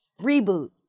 reboot